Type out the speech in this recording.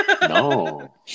no